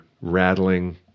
rattling